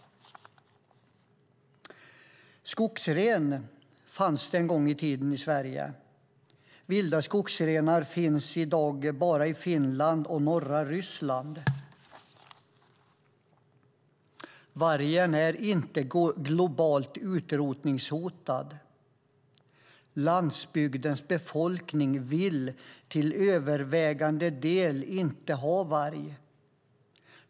Skogsren fanns en gång i tiden i Sverige. Vilda skogsrenar finns i dag bara i Finland och norra Ryssland. Vargen är inte globalt utrotningshotad. Landsbygdens befolkning vill till övervägande del inte ha varg.